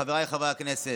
חבריי חברי הכנסת,